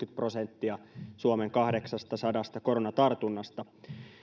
prosenttia suomen kahdeksastasadasta koronatartunnasta